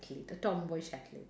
~lete the tomboyish athlete